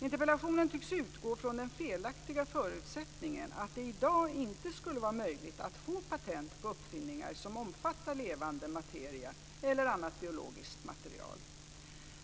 Interpellationen tycks utgå från den felaktiga förutsättningen att det i dag inte skulle vara möjligt att få patent på uppfinningar som omfattar levande materia eller annat biologiskt material.